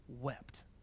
wept